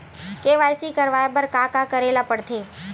KYC करवाय बर का का करे ल पड़थे?